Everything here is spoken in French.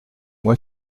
moi